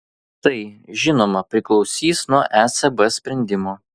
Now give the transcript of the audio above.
tai žinoma priklausys nuo ecb sprendimo